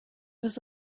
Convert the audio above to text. was